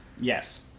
Yes